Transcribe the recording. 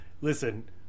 Listen